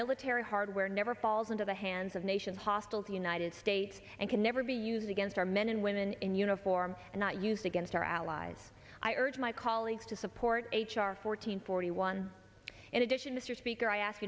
military hardware never falls into the hands of nations hostile to united states and can never be used against our men and women in uniform and not use against our allies i urge my colleagues to support h r fourteen forty one in addition mr speaker i ask